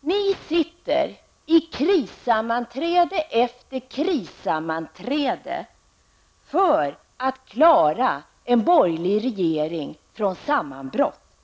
Ni sitter i krissammanträde efter krissammanträde för att klara en borgerlig regering från sammanbrott.